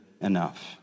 enough